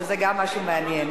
שזה גם משהו מעניין.